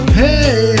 hey